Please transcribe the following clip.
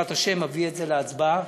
בעזרת השם אביא את זה להצבעה.